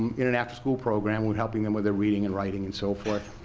in an after school program. we're helping them with their reading and writing and so forth.